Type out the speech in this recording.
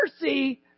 mercy